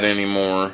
anymore